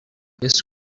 yezu